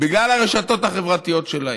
בגלל הרשתות החברתיות שלהם.